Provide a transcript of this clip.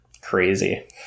crazy